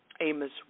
Amos